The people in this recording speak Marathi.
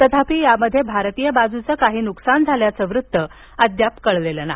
तथापि यामध्ये भारतीय बाजूचं काही नुकसान झाल्याचं वृत्त अद्याप कळू शकलं नाही